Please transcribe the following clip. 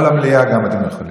או למליאה, אתם גם יכולים.